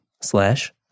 slash